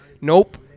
Nope